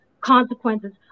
consequences